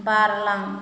बारलां